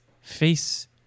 face